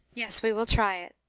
yes, we will try it.